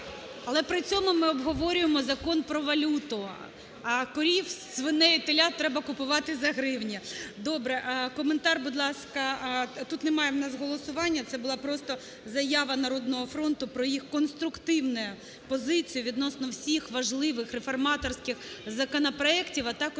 Але при цьому ми обговорюємо Закон про валюту, а корів, свиней, телят треба купувати за гривні. Добре. Коментар, будь ласка… Тут немає у нас голосування, це була проста заява "Народного фронту" про їх конструктивну позицію відносно всіх важливих реформаторських законопроектів, а також